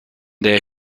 der